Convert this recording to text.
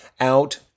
out